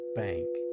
bank